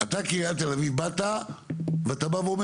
אתה כעיריית תל אביב באת ואתה בא ואומר